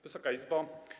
Wysoka Izbo!